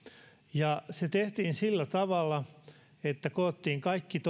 ja se tehtiin sillä tavalla että koottiin yhteen kaikki toimijat